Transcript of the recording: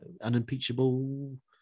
unimpeachable